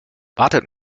wartet